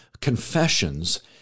confessions